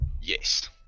Yes